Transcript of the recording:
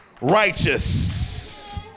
righteous